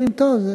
הם אומרים: טוב.